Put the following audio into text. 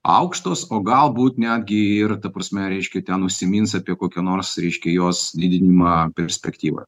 aukštos o galbūt netgi ir ta prasme reiškia ten užsimins apie kokią nors reiškia jos didinimą perspektyvą